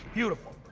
beautiful.